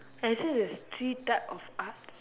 as in there's three types of arts